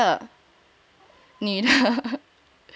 女的女的